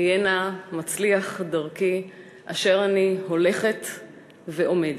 היה נא מצליח דרכי אשר אני הולכת ועומדת.